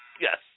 Yes